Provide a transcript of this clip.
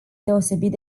deosebit